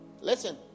Listen